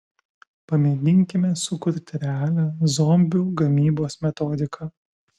pamėginkime sukurti realią zombių gamybos metodiką